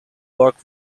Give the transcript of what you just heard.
work